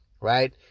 right